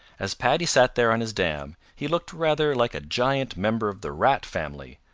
as paddy sat there on his dam, he looked rather like a giant member of the rat family,